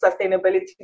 sustainability